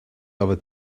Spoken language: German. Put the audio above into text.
aber